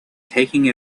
taking